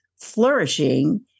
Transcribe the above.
flourishing